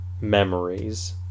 memories